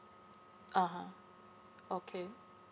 (uh huh) okay